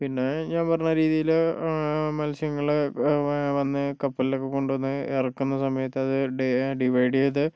പിന്നെ ഞാൻ പറഞ്ഞ രീതിയില് മത്സ്യങ്ങള് വന്ന് കപ്പലിലൊക്കെ കൊണ്ട് വന്ന് ഇറക്കുന്ന സമയത്ത് അത് ഡിവൈഡ് ചെയ്ത്